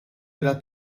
della